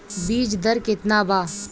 बीज दर केतना बा?